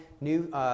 new